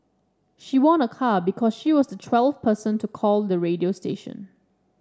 she won a car because she was the twelfth person to call the radio station